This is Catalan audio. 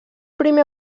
primer